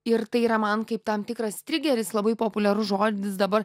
ir tai yra man kaip tam tikras trigeris labai populiarus žodis dabar